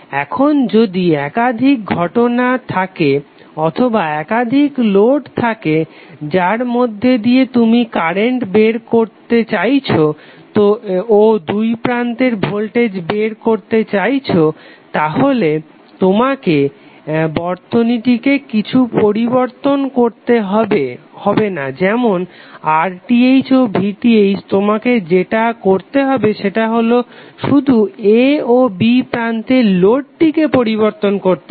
এখন যদি একাধিক ঘটনা থাকে অথবা একাধিক লোড থাকে যার মধ্যে দিয়ে তুমি কারেন্ট বের করতে চাইছো ও দুইপ্রান্তের ভোল্টেজ বের করতে চাইছো তাহলে তোমাকে বর্তনীতে কিছুই পরিবর্তন করতে হবে না যেমন RTh ও VTh তোমাকে যেটা করতে হবে সেটা হলো শুধু a ও b প্রান্তে লোডটিকে পরিবর্তন করতে হবে